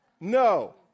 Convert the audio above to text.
No